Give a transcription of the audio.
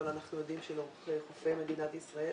אבל אנחנו יודעים שלאורך חופי מדינת ישראל